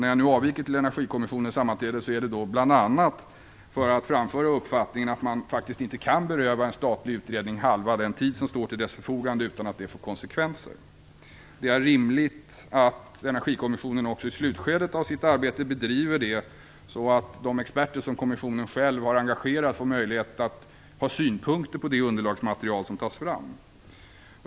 När jag nu avviker till Energikommissionens sammanträde är det bl.a. för att framföra uppfattningen att man faktiskt inte kan beröva en statlig utredning halva den tid som står till dess förfogande utan att det får konsekvenser. Det är rimligt att Energikommissionen också i slutskedet av sitt arbete bedriver det så att de experter som kommissionen själv har engagerat får möjlighet att ha synpunkter på det underlagsmaterial som tas fram.